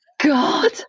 God